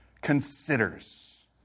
considers